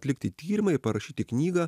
atlikti tyrimą ir parašyti knygą